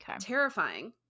terrifying